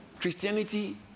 Christianity